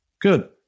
Good